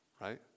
right